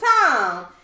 time